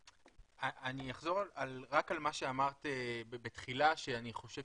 אני אחזור רק על מה שאמרת בתחילה שאני חושב